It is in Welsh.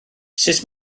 sut